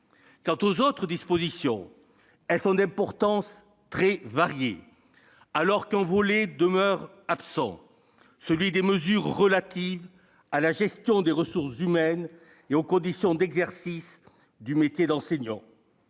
Quant aux autres dispositions, elles sont d'importance très variée, alors qu'un volet demeure absent, celui des mesures relatives à la gestion des ressources humaines et aux conditions d'exercice du métier d'enseignant.